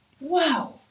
wow